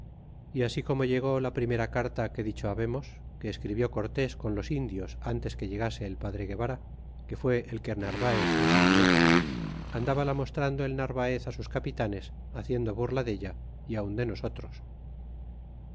y asi como llegó la primera carta que dicho b abemos que escribió cortés con los indios antes que llegase el padre guevara que fue el que narvaez nos envió andabala mostrando el narvaez a sus capitanes haciendo burla della y aun de nosotros